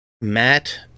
Matt